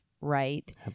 right